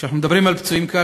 כשאנחנו מדברים על פצועים קל,